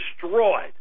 destroyed